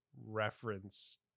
reference